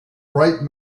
bright